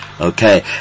Okay